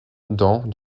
dans